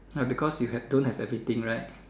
ya because you have don't have everything right